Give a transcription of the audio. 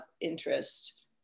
interest